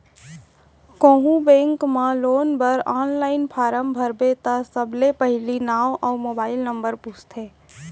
कोहूँ बेंक म लोन बर आनलाइन फारम भरबे त सबले पहिली नांव अउ मोबाइल नंबर पूछथे